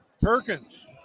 Perkins